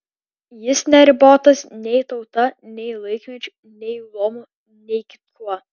jis neribotas nei tauta nei laikmečiu nei luomu nei kitkuo